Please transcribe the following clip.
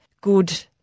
good